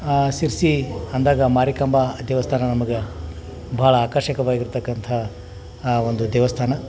ಸಿರ್ಸಿ ಅಂದಾಗ ಮಾರಿಕಾಂಬ ದೇವಸ್ಥಾನ ನಮಗೆ ಭಾಳ ಆಕರ್ಷಕವಾಗಿರತಕ್ಕಂಥ ಒಂದು ದೇವಸ್ಥಾನ